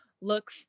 look